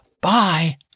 Bye